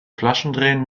flaschendrehen